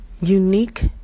Unique